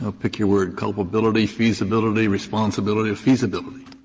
ah pick your word culpability, feasibility, responsibility, feasibility.